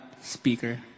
speaker